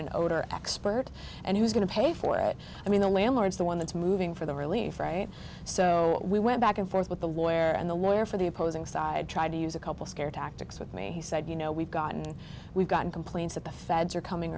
in order expert and he was going to pay for it i mean the landlords the one that's moving for the relief right so we went back and forth with the lawyer and the lawyer for the opposing side tried to use a couple scare tactics with me he said you know we've gotten we've gotten complaints that the feds are coming